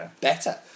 better